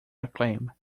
acclaim